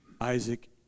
Isaac